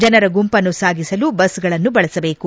ಜನರ ಗುಂಪನ್ನು ಸಾಗಿಸಲು ಬಸ್ಗಳನ್ನು ಬಳಸಬೇಕು